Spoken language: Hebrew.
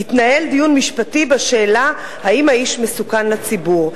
יתנהל דיון משפטי בשאלה אם האיש מסוכן לציבור.